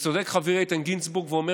וצודק חברי איתן גינזבורג כשהוא אומר